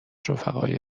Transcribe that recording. رفقای